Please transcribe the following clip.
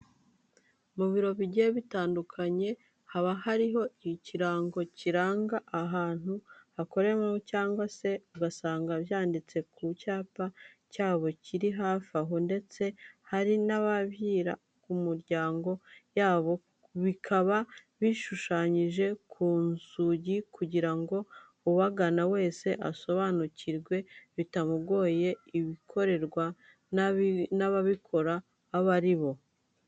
Mu biro bigiye bitandukanye haba hari ikirango kiranga abantu bakoreramo cyangwa se ugasanga byanditse ku cyapa cyabo kiri hafi aho ndetse hari n'ababishyira ku miryango yabo bikaba bishushanyije ku nzugi kugira ngo ubagana wese asobanukirwe bitamugiye ibihakorerwa n'ababikora aba ari bo.